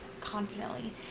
confidently